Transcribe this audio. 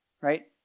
right